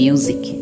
Music